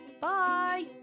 Bye